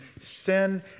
sin